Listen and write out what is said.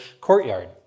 courtyard